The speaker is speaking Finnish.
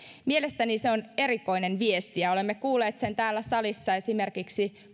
mielestäni se on erikoinen viesti ja olemme kuulleet sen täällä salissa esimerkiksi